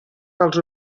dels